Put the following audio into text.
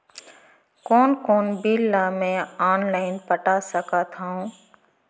कोन कोन बिल ला मैं ऑनलाइन पटा सकत हव?